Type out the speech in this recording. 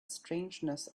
strangeness